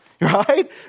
Right